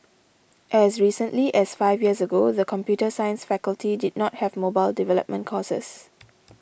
as recently as five years ago the computer science faculty did not have mobile development courses